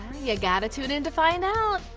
you gotta tune in to find out.